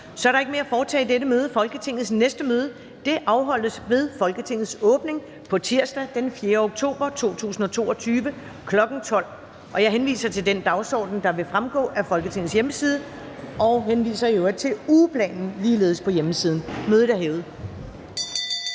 Så er der ikke mere at foretage i dette møde. Folketingets næste møde afholdes ved Folketingets åbning på tirsdag, den 4. oktober 2022, kl. 12.00. Jeg henviser til den dagsorden, der vil fremgå af Folketingets hjemmeside, og henviser i øvrigt til ugeplanen ligeledes på hjemmesiden. Mødet er hævet.